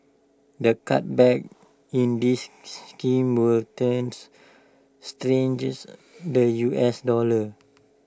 the cutback in this scheme will thus strengthens the U S dollar